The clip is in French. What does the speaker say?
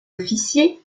officiers